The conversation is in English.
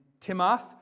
Timoth